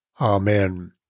Amen